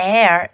Air